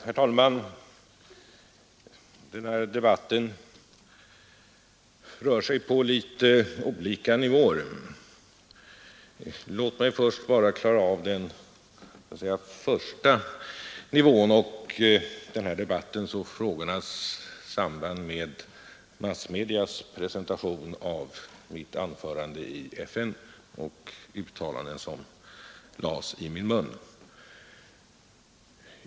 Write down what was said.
Herr talman! Denna debatt rör sig på litet olika nivåer. Låt mig först klara av den så att säga första nivån, alltså denna debatts och de framställda frågornas samband med massmedias presentation av mitt anförande i FN och de uttalanden som då lades i min mun.